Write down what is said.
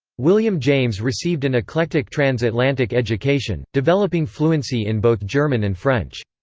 william james received an eclectic trans-atlantic education, developing fluency in both german and french.